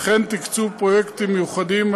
וכן תקצוב פרויקטים מיוחדים.